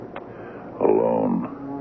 Alone